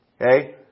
Okay